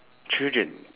children